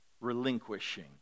relinquishing